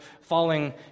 falling